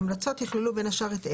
ההמלצות יכללו בין השאר את אלה: